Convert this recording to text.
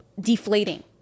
deflating